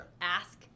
Ask